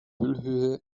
füllhöhe